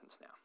now